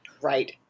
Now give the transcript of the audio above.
Right